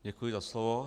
Děkuji za slovo.